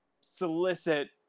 solicit